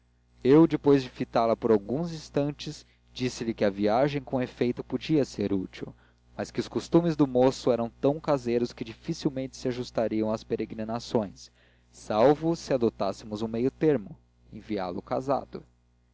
eu depois de fitá la por alguns instantes disse-lhe que a viagem com efeito podia ser útil mas que os costumes do moço eram tão caseiros que dificilmente se ajustariam às peregrinações salvo se adotássemos um meio-termo enviá lo casado